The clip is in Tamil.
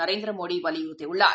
நரேந்திரமோடிவலியுறுத்திஉள்ளார்